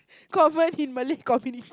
convert in Malay communi~